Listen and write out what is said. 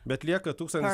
bet lieka tūkstantis